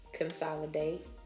consolidate